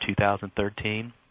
2013